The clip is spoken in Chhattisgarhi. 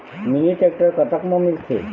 मिनी टेक्टर कतक म मिलथे?